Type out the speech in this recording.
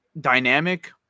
dynamic